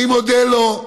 אני מודה לו,